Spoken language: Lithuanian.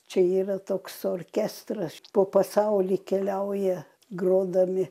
čia yra toks orkestras po pasaulį keliauja grodami